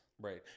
Right